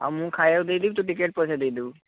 ଆଉ ମୁଁ ଖାଇବାକୁ ଦେଇଦେବି ତୁ ଟିକେଟ୍ ପଇସା ଦେଇଦେବୁ